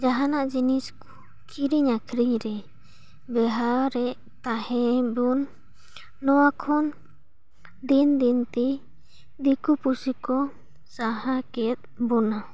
ᱡᱟᱦᱟᱱᱟᱜ ᱡᱤᱱᱤᱥ ᱠᱤᱨᱤᱧ ᱟᱹᱠᱷᱟᱨᱤᱧ ᱨᱮ ᱵᱮᱣᱦᱟᱨᱮᱫ ᱛᱟᱦᱮᱸᱵᱚᱱ ᱱᱚᱣᱟ ᱠᱷᱚᱱ ᱫᱤᱱ ᱫᱤᱱ ᱛᱮ ᱫᱤᱠᱩ ᱯᱩᱥᱤ ᱠᱚ ᱥᱟᱦᱟ ᱠᱮᱫ ᱵᱚᱱᱟ